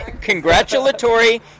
congratulatory